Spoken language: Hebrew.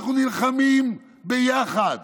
אנחנו נלחמים ביחד